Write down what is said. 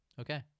Okay